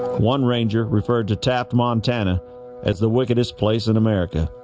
one ranger referred to taft montana as the wickedest place in america